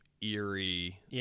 eerie